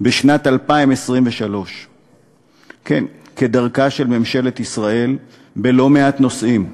בשנת 2023. כדרכה של ממשלת ישראל בלא-מעט נושאים,